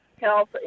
health